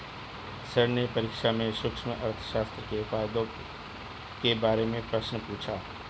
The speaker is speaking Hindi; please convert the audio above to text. सर ने परीक्षा में सूक्ष्म अर्थशास्त्र के फायदों के बारे में प्रश्न पूछा